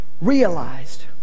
realized